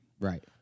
Right